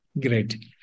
Great